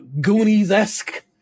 Goonies-esque